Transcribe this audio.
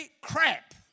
crap